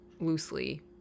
loosely